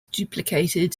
duplicated